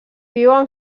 viuen